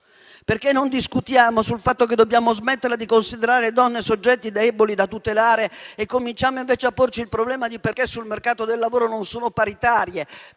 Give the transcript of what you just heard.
Perché non discutiamo del fatto che dobbiamo smetterla di considerare le donne soggetti deboli da tutelare e cominciamo invece a porci il problema di perché sul mercato del lavoro non godono di